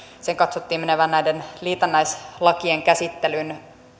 sen katsottiin menevän näiden liitännäislakien käsittelyn